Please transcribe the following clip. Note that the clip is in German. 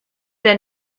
der